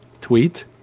tweet